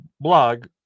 blog